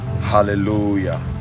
Hallelujah